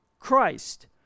Christ